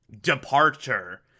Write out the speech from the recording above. departure